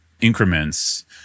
increments